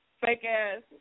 fake-ass